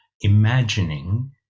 imagining